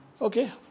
okay